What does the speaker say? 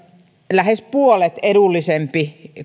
lähes puolet edullisempi